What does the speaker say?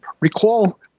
Recall